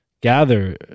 gather